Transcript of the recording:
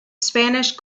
spanish